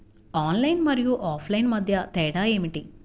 Online మరియు offline మధ్య తేడా ఏమిటీ?